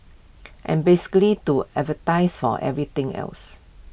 and basically to advertise for everything else